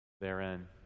therein